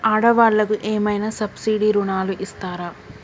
ఆడ వాళ్ళకు ఏమైనా సబ్సిడీ రుణాలు ఇస్తారా?